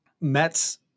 Mets